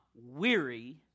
weary